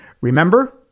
Remember